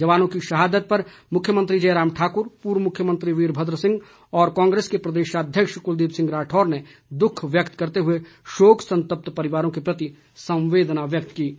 जवानों की शहादत पर मुख्यमंत्री जयराम ठाकुर पूर्व मुख्यमंत्री वीरभद्र सिंह और कांग्रेस के प्रदेश अध्यक्ष कुलदीप सिंह राठौर ने दुख व्यक्त करते हुए शोक संतप्त परिवारों के प्रति संवेदना व्यक्त की है